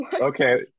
Okay